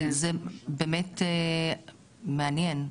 מעניין.